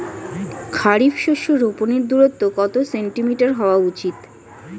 খারিফ শস্য রোপনের দূরত্ব কত সেন্টিমিটার হওয়া উচিৎ?